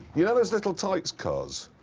you know those little tykes cars.